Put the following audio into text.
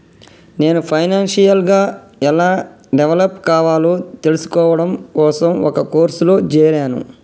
నేను ఫైనాన్షియల్ గా ఎలా డెవలప్ కావాలో తెల్సుకోడం కోసం ఒక కోర్సులో జేరాను